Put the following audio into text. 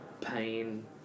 pain